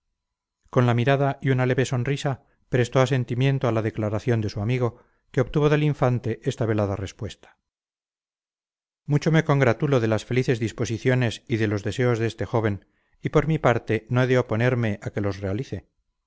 con la mirada y una leve sonrisa prestó asentimiento a la declaración de su amigo que obtuvo del infante esta velada respuesta mucho me congratulo de las felices disposiciones y de los deseos de este joven y por mi parte no he de oponerme a que los realice